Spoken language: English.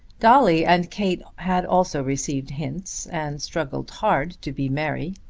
dolly and kate had also received hints and struggled hard to be merry.